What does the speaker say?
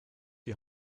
die